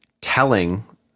telling